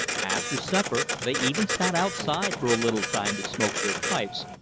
after supper they even sat outside for a little time to smoke their pipes,